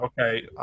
Okay